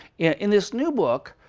in this new book,